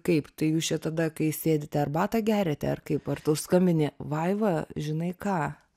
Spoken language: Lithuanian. kaip tai jūs čia tada kai sėdite arbatą geriate ar kaip ar tu skambini vaiva žinai ką